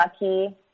lucky